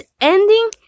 ending